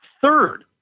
Third